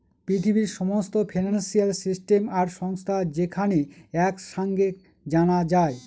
পৃথিবীর সমস্ত financial system আর সংস্থা যেখানে এক সাঙে জানা যায়